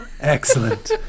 Excellent